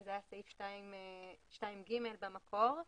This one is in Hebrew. זה היה סעיף 2(ג) במקור,